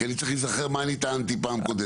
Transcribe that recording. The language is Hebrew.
כי אני צריך להיזכר מה אני טענתי פעם קודמת.